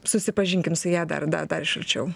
susipažinkim su ja dar dar iš arčiau